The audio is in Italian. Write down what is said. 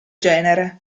genere